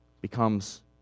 becomes